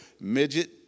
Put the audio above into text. midget